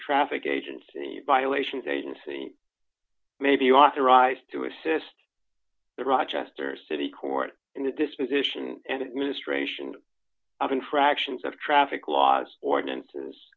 traffic agents violations agency may be authorized to assist the rochester city court in the disposition and ministration of infractions of traffic laws ordinances